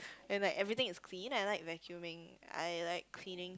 and like everything is clean I like vacuuming I like cleaning